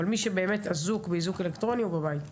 אבל מי שבאמת אזוק באיזוק אלקטרוני הוא בבית.